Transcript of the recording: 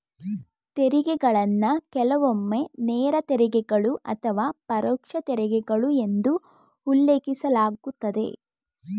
ತೆರಿಗೆಗಳನ್ನ ಕೆಲವೊಮ್ಮೆ ನೇರ ತೆರಿಗೆಗಳು ಅಥವಾ ಪರೋಕ್ಷ ತೆರಿಗೆಗಳು ಎಂದು ಉಲ್ಲೇಖಿಸಲಾಗುತ್ತದೆ